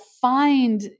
find